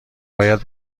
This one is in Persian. باید